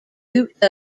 boot